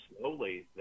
slowly